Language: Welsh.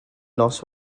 nos